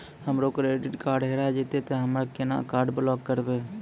हमरो credit card हेरा जेतै ते हम्मय केना कार्ड ब्लॉक करबै?